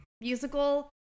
musical